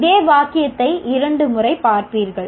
இதே வாக்கியத்தை இரண்டு முறை பார்ப்பீர்கள்